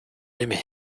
l’aimer